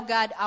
God